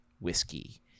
whiskey